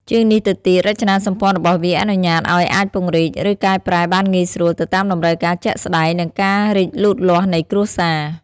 ជាងនេះទៅទៀត រចនាសម្ព័ន្ធរបស់វាអនុញ្ញាតឲ្យអាច ពង្រីក ឬកែប្រែបានងាយស្រួល ទៅតាមតម្រូវការជាក់ស្តែង និងការរីកលូតលាស់នៃគ្រួសារ ។